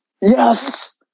Yes